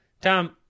Tom